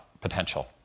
potential